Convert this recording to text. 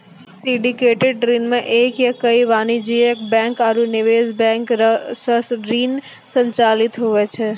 syndicated ऋण मे एक या कई वाणिज्यिक बैंक आरू निवेश बैंक सं ऋण संचालित हुवै छै